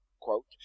quote